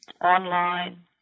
online